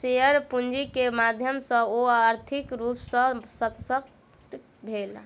share पूंजी के माध्यम सॅ ओ आर्थिक रूप सॅ शशक्त भेला